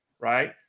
right